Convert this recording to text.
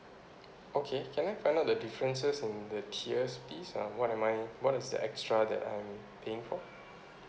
okay can I find out the differences and the tiers please and what am I what is the extra that I'm paying for